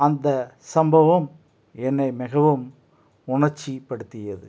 அந்த சம்பவம் என்னை மிகவும் உணர்ச்சிப்படுத்தியது